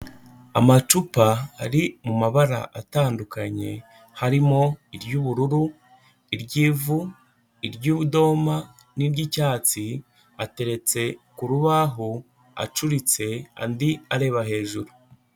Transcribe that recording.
Amacupa ari mu mabara atandukanye, harimo iry'ubururu, iry'ivu, iry'udoma n'iry'icyatsi, ateretse ku rubaho acuritse, andi areba hejuru.